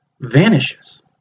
vanishes